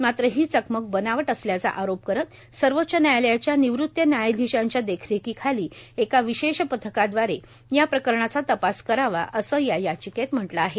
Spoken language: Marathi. मात्र ही चकमक बनावट असल्याचा आरोप करत सर्वोच्च न्यायालयाच्या निवृत न्यायाधीशाच्या देखरेखीखाली एका विशेष पथकादवारे या प्रकरणाचा तपास करावा असं या याचिकेत म्हटलं आहे